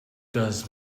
does